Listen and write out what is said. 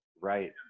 right